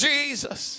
Jesus